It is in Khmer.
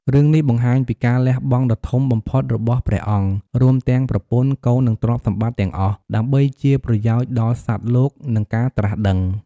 រឿងនេះបង្ហាញពីការលះបង់ដ៏ធំបំផុតរបស់ព្រះអង្គ រួមទាំងប្រពន្ធ កូន និងទ្រព្យសម្បត្តិទាំងអស់ ដើម្បីជាប្រយោជន៍ដល់សត្វលោក និងការត្រាស់ដឹង។